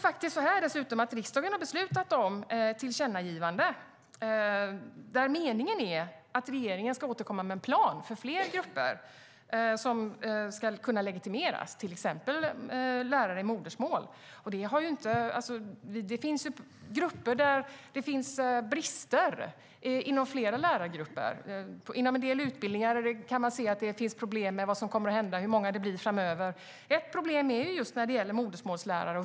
Riksdagen har dessutom beslutat om ett tillkännagivande, där meningen är att regeringen ska återkomma med en plan för fler grupper som ska kunna legitimeras, till exempel lärare i modersmål. Det finns brister hos flera lärargrupper inom en del utbildningar. Man kan se att det finns problem med vad som kommer att hända och hur många det kommer att bli framöver. Ett problem gäller modersmålslärare.